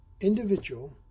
individual